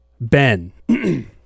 Ben